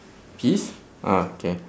peas ah K